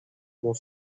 more